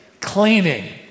cleaning